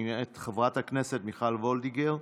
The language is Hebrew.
מאת חברת הכנסת מיכל וולדיגר,